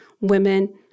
women